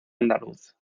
andaluz